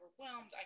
overwhelmed